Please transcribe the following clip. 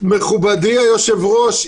מכובדי היושב-ראש,